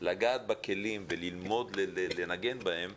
בכלים וללמוד לנגן בהם